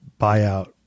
buyout